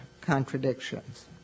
contradictions